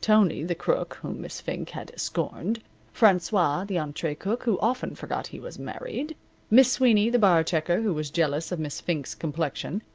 tony, the crook, whom miss fink had scorned francois, the entree cook, who often forgot he was married miss sweeney, the bar-checker, who was jealous of miss fink's complexion.